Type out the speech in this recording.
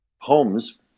homes